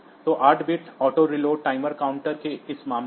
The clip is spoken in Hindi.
तो 8 bit auto reload timer counter के इस मामले में